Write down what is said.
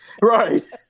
Right